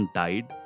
died